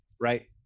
right